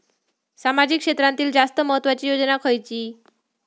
सामाजिक क्षेत्रांतील जास्त महत्त्वाची योजना खयची?